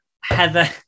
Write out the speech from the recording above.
Heather